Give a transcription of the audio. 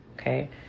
okay